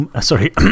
sorry